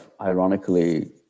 ironically